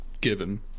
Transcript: given